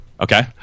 okay